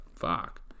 Fuck